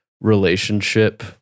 relationship